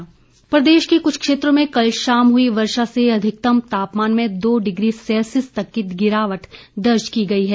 मौसम प्रदेश के कुछ क्षेत्रों में कल शाम हुई वर्षा से अधिकतम तापमान में दो डिग्री सेल्सियस तक की गिरावट दर्ज की गई है